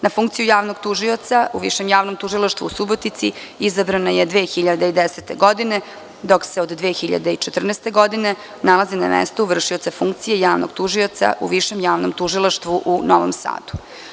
Na funkciju javnog tužioca u Višem javnom tužilaštvu u Subotici izabrana je 2010. godine, dok se od 2014. godine nalazi na mestu vršioca funkcije javnog tužioca u Višem javnom tužilaštvu u Novom Sadu.